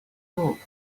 york